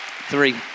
three